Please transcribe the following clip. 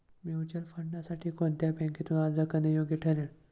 Mutual फंडांसाठी कोणत्या बँकेतून अर्ज करणे योग्य ठरेल?